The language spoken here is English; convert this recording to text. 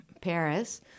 Paris